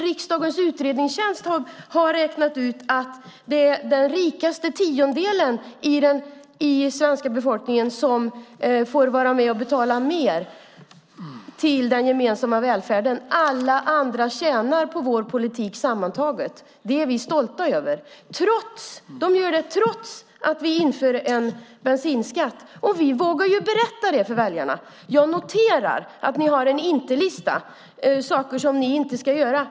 Riksdagens utredningstjänst har nämligen räknat ut att det är den rikaste tiondelen av den svenska befolkningen som får betala mer till den gemensamma välfärden. Alla andra tjänar sammantaget på vår politik. Det är vi stolta över. De gör detta trots att vi inför en bensinskatt. Och vi vågar berätta det för väljarna. Jag noterar att ni har en inte-lista, med saker som ni inte ska göra.